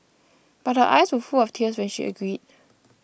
but her eyes were full of tears when she agreed